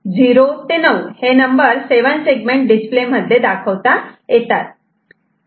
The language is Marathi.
0 ते 9 हे नंबर 7 सेगमेंट डिस्प्ले मध्ये दाखवता येतात